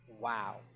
wow